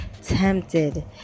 tempted